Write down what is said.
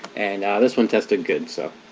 and this one tested good, so